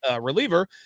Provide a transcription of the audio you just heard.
reliever